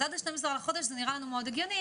אז עד 12 בחודש זה נראה לנו מאוד הגיוני.